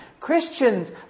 Christians